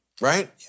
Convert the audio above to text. Right